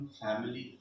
family